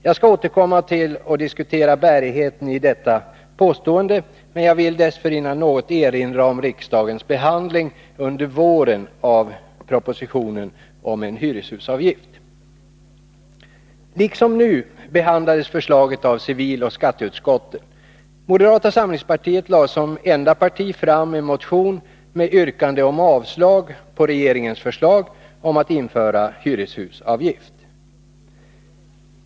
Jag skall återkomma till bärigheten i detta påstående, men jag vill dessförinnan något erinra om riksdagens behandling under våren av propositionen om en hyreshusavgift. Då liksom nu behandlades förslaget av civiloch skatteutskotten. Moderata samlingspartiet lade som enda parti fram en motion med yrkande om avslag på regeringens förslag om att införa en hyreshusavgift.